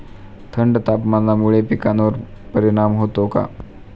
थंड तापमानामुळे पिकांवर परिणाम होतो का?